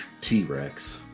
t-rex